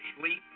sleep